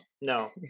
no